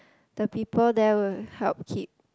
the people there will help keep